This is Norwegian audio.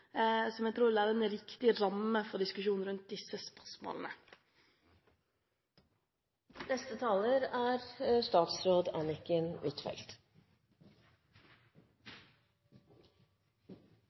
som jeg tror vil være en riktig ramme for diskusjonen rundt disse spørsmålene. Det er